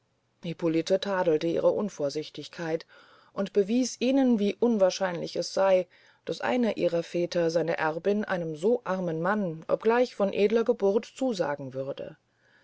hippolite tadelte ihre unvorsichtigkeit und bewies ihnen wie unwahrscheinlich es sey daß einer ihrer väter seine erbin einem so armen mann obgleich von edler geburt zusagen würde